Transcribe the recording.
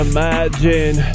Imagine